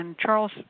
Charles